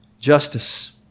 Justice